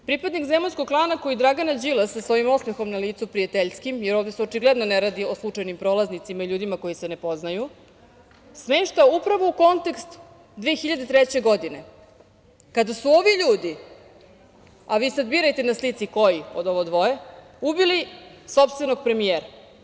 Pripadnik Zemunskog klana koji Dragana Đilasa sa ovim osmehom na licu, prijateljskim, jer ovde se očigledno ne radi o slučajnim prolaznicima i ljudima koji se ne poznaju, smešta upravo u kontekst 2003. godine, kada su ovi ljudi, a vi sada birajte na slici koji od ovo dvoje, ubili sopstvenog premijera.